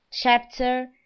chapter